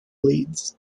leads